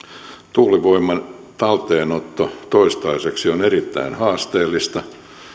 tuulivoiman talteenotto toistaiseksi on erittäin haasteellista